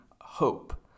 hope